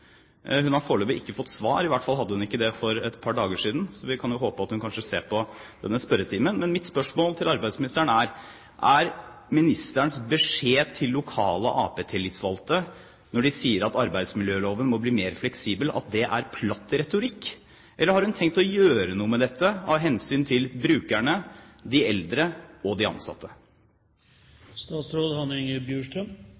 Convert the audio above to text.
Hun har foreløpig ikke fått svar – i hvert fall hadde hun ikke det for et par dager siden, så vi kan jo håpe at hun kanskje ser på denne spørretimen. Men mitt spørsmål til arbeidsministeren er: Er ministerens beskjed til lokale Ap-tillitsvalgte når de sier at arbeidsmiljøloven må bli mer fleksibel, at det er «platt retorikk»? Eller har hun tenkt å gjøre noe med dette av hensyn til brukerne, de eldre og de ansatte?